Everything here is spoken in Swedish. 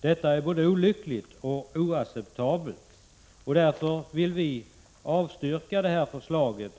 Detta är både olyckligt och oacceptabelt. Därför vill vi avstyrka förslaget.